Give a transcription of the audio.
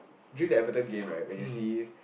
during the Everton game right when you see